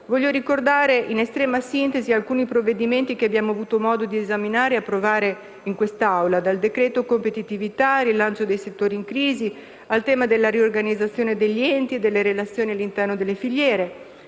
Voglio ricordare, in estrema sintesi, alcuni provvedimenti che abbiamo avuto modo di esaminare e approvare in quest'Assemblea: dal decreto-legge competitività al rilancio dei settori in crisi, al tema della riorganizzazione degli enti e delle relazioni all'interno delle filiere.